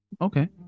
okay